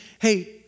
hey